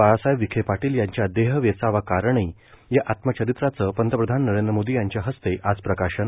बाळासाहेब विखे पाटील यांच्या देह वेचावा कारणी या आत्मचरित्राचं पंतप्रधान नरेंद्र मोदी यांच्या हस्ते आज प्रकाशन